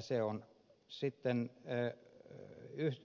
se on sitten